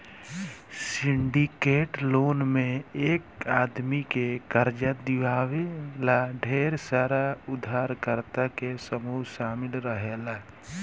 syndicate loan में एक आदमी के कर्जा दिवावे ला ढेर सारा उधारकर्ता के समूह शामिल रहेला